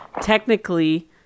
technically